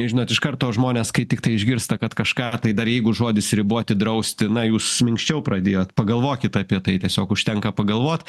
žinot iš karto žmonės kai tiktai išgirsta kad kažką tai dar jeigu žodis riboti drausti na jūs minkščiau pradėjot pagalvokit apie tai tiesiog užtenka pagalvot